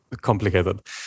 complicated